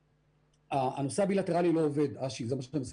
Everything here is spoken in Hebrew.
הנושא הבילטרלי לא עובד, אשר.